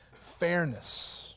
fairness